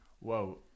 whoa